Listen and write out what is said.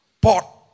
pot